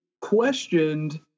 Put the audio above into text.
questioned